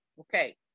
Okay